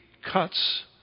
cuts